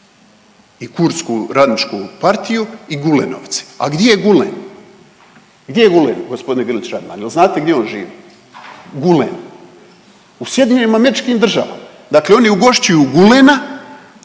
i kurdsku radničku partiju i Gulenovce, a gdje je Gulen, gdje je Gulen gospodine Grlić Radman jel znate gdje on živi, Gulen, u SAD-u. Dakle, oni ugošćuju Gulena,